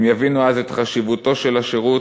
הם יבינו אז את חשיבותו של השירות